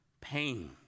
pain